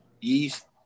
yeast